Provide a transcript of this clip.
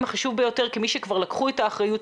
החשוב ביותר כמי שכבר לקחו את האחריות,